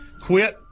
Quit